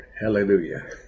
Hallelujah